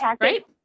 right